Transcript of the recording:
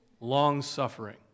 long-suffering